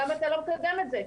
למה אתה לא מקדם את זה?